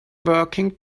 working